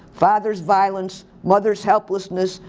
father's violence, mother's helplessness,